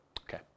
Okay